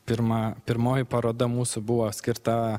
pirma pirmoji paroda mūsų buvo skirta